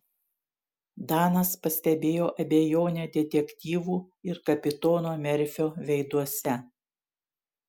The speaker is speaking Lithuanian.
danas pastebėjo abejonę detektyvų ir kapitono merfio veiduose